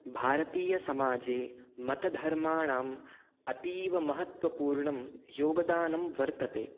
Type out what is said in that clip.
भारतीयसमाजे मतधर्माणाम् अतीवमहत्वपूर्णं योगदानं वर्तते